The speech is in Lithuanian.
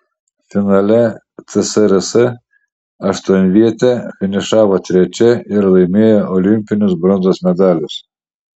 finale tsrs aštuonvietė finišavo trečia ir laimėjo olimpinius bronzos medalius